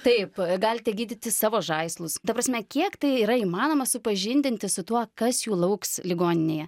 taip galite gydyti savo žaislus ta prasme kiek tai yra įmanoma supažindinti su tuo kas jų lauks ligoninėje